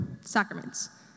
sacraments